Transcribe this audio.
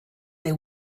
they